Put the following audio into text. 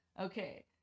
Okay